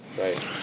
Right